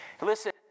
Listen